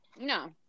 No